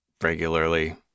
regularly